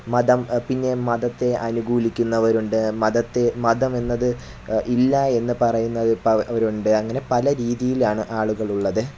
മതം പിന്നെ മതത്തെ അനുകൂലിക്കുന്നവരുണ്ട് മതത്തെ മതമെന്നത് ഇല്ല എന്നു പറയുന്നവരുണ്ട് അങ്ങനെ പല രീതിയിലാണ് ആളുകളുള്ളത്